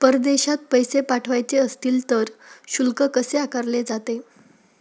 परदेशात पैसे पाठवायचे असतील तर शुल्क कसे आकारले जाते?